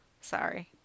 Sorry